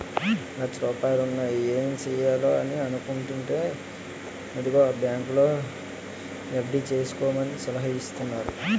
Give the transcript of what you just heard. లచ్చ రూపాయలున్నాయి ఏం సెయ్యాలా అని అనుకుంటేంటే అదిగో ఆ బాంకులో ఎఫ్.డి సేసుకోమని సలహా ఇత్తన్నారు